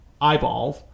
eyeballs